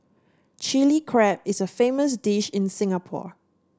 Chilli Crab is a famous dish in Singapore